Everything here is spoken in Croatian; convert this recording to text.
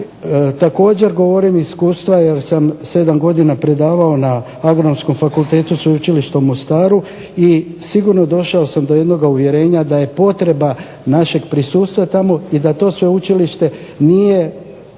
Također govorim iz iskustva jer sam sedam godina predavao na Agronomskom fakultetu Sveučilišta u Mostaru i sigurno došao sam do jednoga uvjerenja da je potreba našeg prisustva tamo i da to sveučilište nije